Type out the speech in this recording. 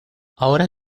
ahora